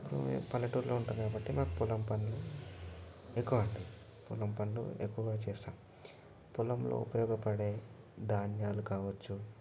ప పల్లెటూర్లో ఉంటాం కాబట్టి మాకు పొలం పనులు ఎక్కువ అండి పొలం పనులు ఎక్కువగా చేస్తాం పొలంలో ఉపయోగపడే ధాన్యాలు కావచ్చు